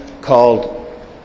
called